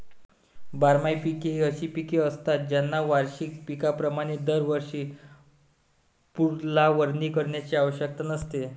बारमाही पिके ही अशी पिके असतात ज्यांना वार्षिक पिकांप्रमाणे दरवर्षी पुनर्लावणी करण्याची आवश्यकता नसते